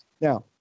Now